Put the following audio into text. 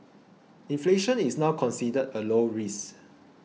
inflation is now considered a low risk